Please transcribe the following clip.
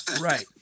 Right